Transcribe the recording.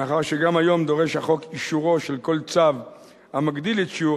מאחר שגם היום דורש החוק אישורו של כל צו המגדיל את שיעור